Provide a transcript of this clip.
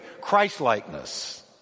Christ-likeness